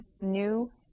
new